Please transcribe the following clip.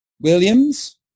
Williams